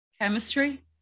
chemistry